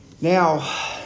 Now